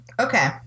Okay